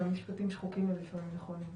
גם משפטים שחוקים הם לפעמים נכונים.